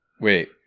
Wait